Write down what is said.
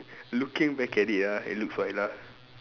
looking back at it ah it looks white ah